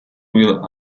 will